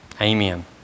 Amen